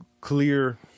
clear